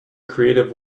creative